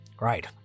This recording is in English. Right